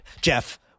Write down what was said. Jeff